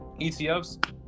etfs